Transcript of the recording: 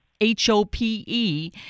H-O-P-E